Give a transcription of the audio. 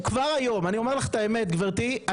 אני אומר לך את האמת גברתי,